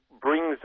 brings